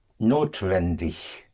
notwendig